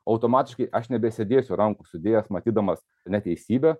automatiškai aš nebesėdėsiu rankų sudėjęs matydamas neteisybę